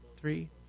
three